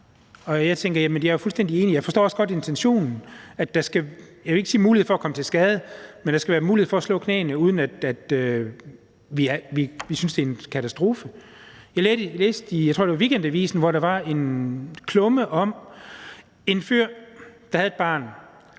Jeg forstår også godt intentionen, nemlig at der skal være, jeg vil ikke sige en mulighed for at komme til skade, men at der skal være mulighed for at slå knæene, uden at vi synes, det er en katastrofe. Jeg læste i Weekendavisen, tror jeg det var, en klumme om en fyr, der havde et barn,